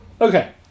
okay